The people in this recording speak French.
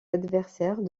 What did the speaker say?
adversaires